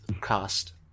cast